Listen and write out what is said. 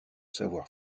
savoir